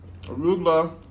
arugula